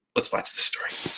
let's watch the story.